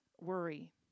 worry